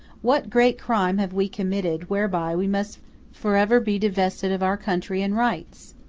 what great crime have we committed, whereby we must forever be divested of our country and rights?